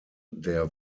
der